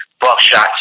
Buckshot's